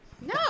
No